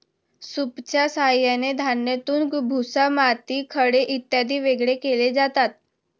सूपच्या साहाय्याने धान्यातून भुसा, माती, खडे इत्यादी वेगळे केले जातात